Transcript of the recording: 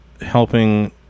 helping